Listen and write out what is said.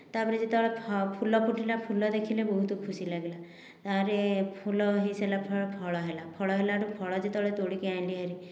ତାପରେ ଯେତେବେଳେ ଫୁଲ ଫୁଟିଲା ଫୁଲ ଦେଖିଲେ ବହୁତ ଖୁସି ଲାଗିଲା ଆରେ ଫୁଲ ହୋଇ ସାରିଲା ପରେ ଫଳ ହେଲା ଫଳ ହେଲା ଠୁ ଫଳ ଯେତେବେଳେ ତୋଳିକି ଆଣିଲି ହେରି